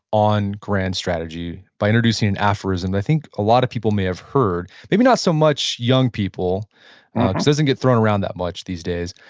on grand strategy, by introducing and aphorism. i think a lot of people may have heard, maybe not so much young people. it doesn't get thrown around that much these days,